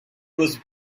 was